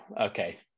okay